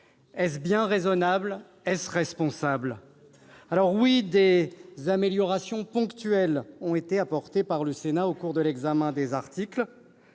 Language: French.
Est-ce bien raisonnable ? Est-ce responsable ? Oui, des améliorations ponctuelles ont été apportées par le Sénat au cours de l'examen des articles.